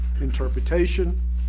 interpretation